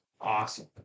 awesome